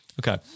Okay